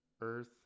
earth